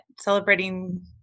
celebrating